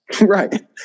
Right